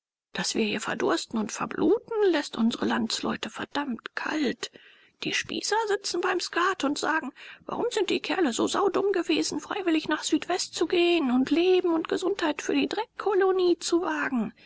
daß wir hier verdursten und verbluten läßt unsre landsleute verdammt kalt die spießer sitzen beim skat und sagen warum sind die kerle so saudumm gewesen freiwillig nach südwest zu gehen und leben und gesundheit für die dreckkolonie zu wagen